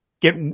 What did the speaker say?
get